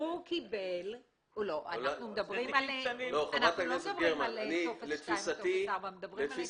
אנחנו לא מדברים על טופס 2 או טופס 4. מדברים כרגע על היתר בנייה.